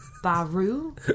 Baru